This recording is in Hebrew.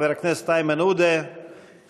חבר הכנסת איימן עודה,